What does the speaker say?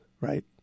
right